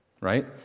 right